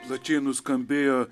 plačiai nuskambėjo